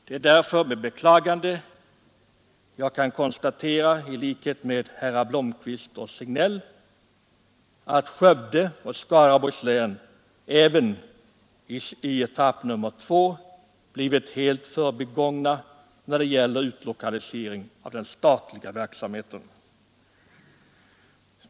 Det är därför med beklagande jag konstaterar — i likhet med herrar Blomkvist och Signell — att Skövde och Skaraborgs län även i etapp 2 blivit helt förbigångna när det gäller utlokalisering av den statliga verksamheten.